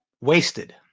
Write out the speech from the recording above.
wasted